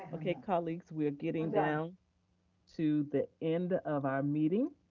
ah okay colleagues, we are getting down to the end of our meeting.